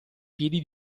piedi